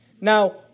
Now